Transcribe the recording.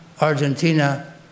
Argentina